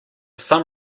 some